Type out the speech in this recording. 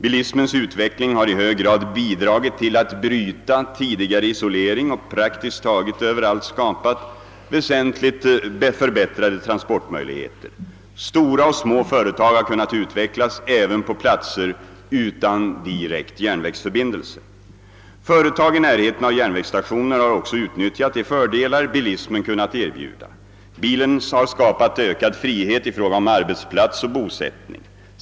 Bilismens utveckling har i hög grad bidragit till att bryta tidigare isolering och praktiskt taget överallt skapat väsentligt förbättrade transportmöjligheter. Stora och små företag har kunnat utvecklas även på platser utan direkt järnvägsförbin delse. Företag i närheten av järnvägsstationer har också utnyttjat de fördelar bilismen kunnat erbjuda. Bilen har skapat ökad frihet i fråga om arbetsplats och bosättning.